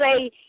say